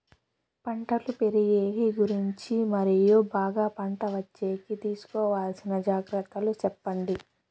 పంటలు పెరిగేకి గురించి మరియు బాగా పంట వచ్చేకి తీసుకోవాల్సిన జాగ్రత్త లు సెప్పండి?